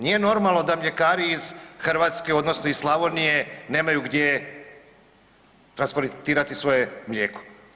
Nije normalno da mljekari iz Hrvatske odnosno iz Slavonije nemaju gdje transportirati svoje mlijeko.